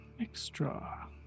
Extra